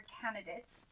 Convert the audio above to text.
candidates